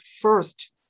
first